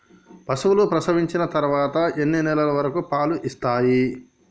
పశువులు ప్రసవించిన తర్వాత ఎన్ని నెలల వరకు పాలు ఇస్తాయి?